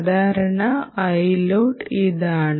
സാധാരണ ഇതാണ്